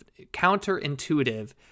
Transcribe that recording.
counterintuitive